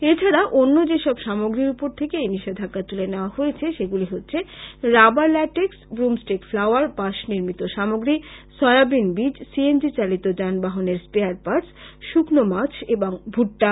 এছাড়া অন্য সেসব সামগ্রীর উপর থেকে এই নিষেধাজ্ঞা তুলে নেওয়া হয়েছে সেগুলি হচ্ছে রাবার ল্যাটেক্স ব্ররাজন স্টিক ফ্লায়ার বাঁশ নির্মিত সামগ্রী সয়াবীন বীজ সিএনজি চালিত যানবাহনের স্পেয়ার পার্টস শুকনো মাছ এবং ভুট্টা